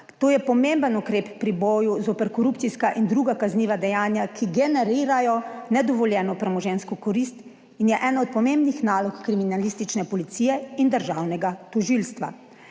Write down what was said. To je pomemben ukrep pri boju zoper korupcijska in druga kazniva dejanja, ki generirajo nedovoljeno premoženjsko korist in je ena od pomembnih nalog kriminalistične policije in državnega tožilstva.